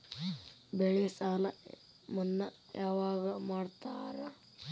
ಬೆಳೆ ಸಾಲ ಮನ್ನಾ ಯಾವಾಗ್ ಮಾಡ್ತಾರಾ?